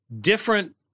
different